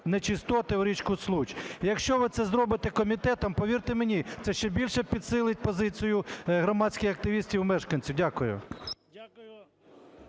нечистоти в річку Случ? Якщо ви це зробите комітетом, повірте мені, це ще більше підсилить позицію громадських активістів і мешканців. Дякую.